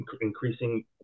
increasing